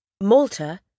Malta